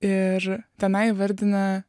ir tenai įvardina